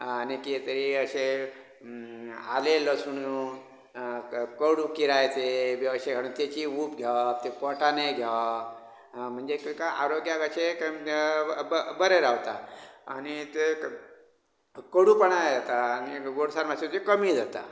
आनी किदें तरी अशें आलें लसूण कडू किरायते बी अशें हाडून तेची उब घेवप ते पोटानय घेवप म्हणजे ताका आरोग्याक अशें एक ब बरें रावता आनी ते कडूपणा येता आनी गोडसाण मातशीं ती कमी जाता